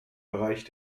bereich